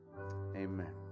Amen